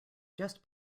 just